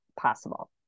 possible